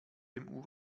dem